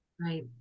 Right